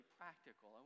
practical